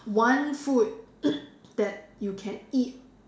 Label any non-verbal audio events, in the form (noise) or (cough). one food (noise) that you can eat